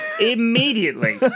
immediately